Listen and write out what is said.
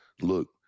Look